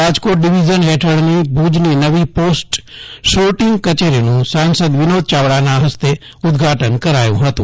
Rajkot division હેઠળની ભુજની નવી પોસ્ટ સોર્ટીંગ કચેરીનું સાંસદ વિનોદ ચાવડાના હસ્તે ઉદ્દઘાટન કરાયું હતું